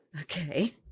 Okay